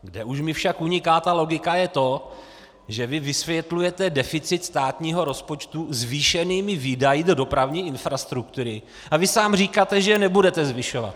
Kde už mi ale uniká logika, je to, že vysvětlujete deficit státního rozpočtu zvýšenými výdaji do dopravní infrastruktury a sám říkáte, že je nebudete zvyšovat.